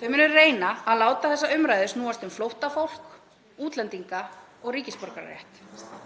Þau munu reyna að láta þessa umræðu snúast um flóttafólk, útlendinga og ríkisborgararétt,